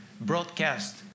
broadcast